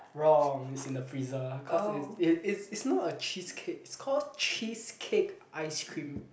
wrong it's in the freezer cause it's it it's not a cheese cake it's called cheese cake ice cream